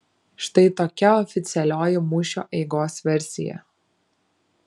štai tokia oficialioji mūšio eigos versija